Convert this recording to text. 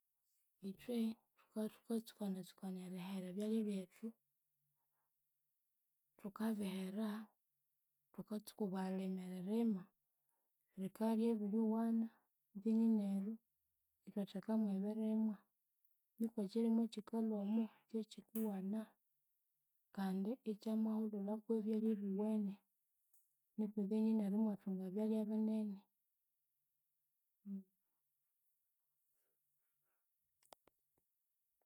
Ithwe thuka thukatsuka tsukana erihera ebyalya byethu thukabihera thukatsuka bwalima eririma rikaryabiriwana then neryu ithwatheka mwebirimwa nuko ekyirimwa ekyikalwa omo kyekyikiwana kandi ikyamwahulhulhaku ebyalya ebiwene. Nuku then neryu imwathunga ebyalya binene